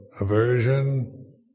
aversion